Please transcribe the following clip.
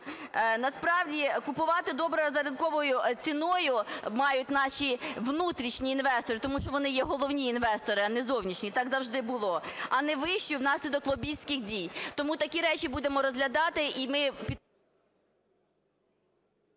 Насправді купувати добрива з ринковою ціною мають наші внутрішні інвестори, тому що вони є головні інвестори, а не зовнішні, і так завжди було, а не вищі внаслідок лобістських дій. Тому такі речі будемо розглядати